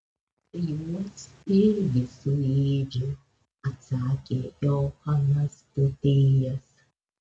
juos irgi suėdžiau atsakė johanas pūtėjas